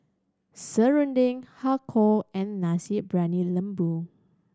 serunding Har Kow and Nasi Briyani Lembu